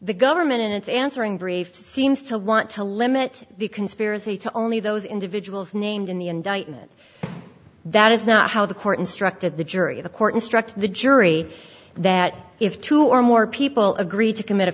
the government in its answering brief seems to want to limit the conspiracy to only those individuals named in the indictment that is not how the court instructed the jury the court instruct the jury that if two or more people agree to commit a